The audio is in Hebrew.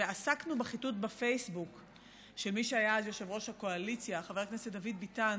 ועסקנו בחיטוט של מי שהיה אז יושב-ראש הקואליציה חבר הכנסת דוד ביטן